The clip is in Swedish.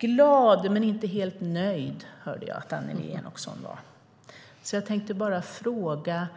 Glad men inte helt nöjd hörde jag att Annelie Enochson var. Jag tänkte bara fråga: